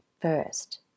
first